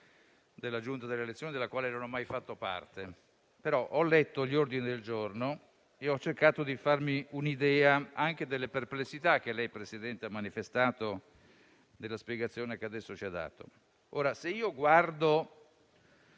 della Giunta delle elezioni, della quale non ho mai fatto parte, però ho letto gli ordini del giorno e ho cercato di farmi un'idea anche delle perplessità che lei, Presidente, ha manifestato e della spiegazione che adesso ci ha dato. Se esamino